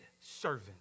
servant